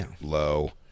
low